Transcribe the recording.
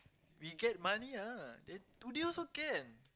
we get money ah then today also can